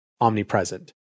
omnipresent